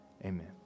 Amen